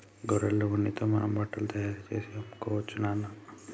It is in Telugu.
గొర్రెల ఉన్నితో మనం బట్టలు తయారుచేసి అమ్ముకోవచ్చు నాన్న